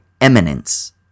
eminence